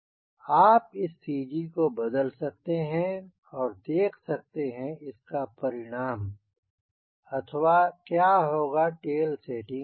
आप इस CG को बदल सकते हैं और देख सकते हैं इसका परिणाम अथवा क्या होगा टेल सेटिंग एंगल